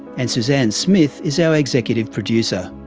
and suzanne smith is our executive producer.